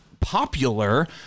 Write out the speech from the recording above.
popular